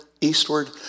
eastward